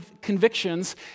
convictions